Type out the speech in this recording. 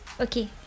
Okay